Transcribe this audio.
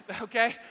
Okay